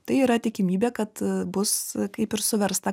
tai yra tikimybė kad bus kaip ir suversta